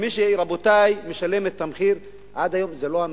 מי שמשלם את המחיר עד היום זה לא הממשלה,